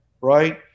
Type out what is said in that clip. right